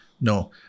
No